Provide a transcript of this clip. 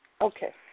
Okay